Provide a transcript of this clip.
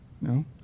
No